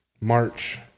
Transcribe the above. March